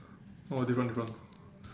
oh different different